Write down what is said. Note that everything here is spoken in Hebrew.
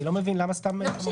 אני לא מבין למה סתם להגביל?